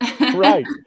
Right